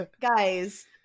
guys